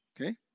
Okay